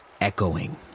echoing